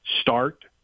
Start